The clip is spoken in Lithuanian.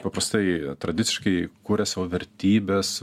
paprastai tradiciškai kuria savo vertybes